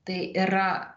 tai yra